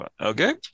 okay